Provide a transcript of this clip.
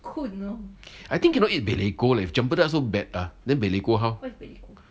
I think cannot eat beleko leh if chempedak so bad ah then beleko how